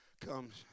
comes